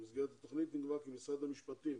במסגרת התוכנית מדובר כי משרד המשפטים